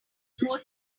grow